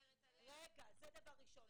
זה דבר ראשון.